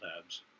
tabs